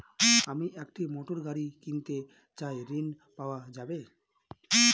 আমি একটি মোটরগাড়ি কিনতে চাই ঝণ পাওয়া যাবে?